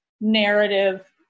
narrative